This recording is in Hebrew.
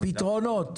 פתרונות.